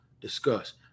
discuss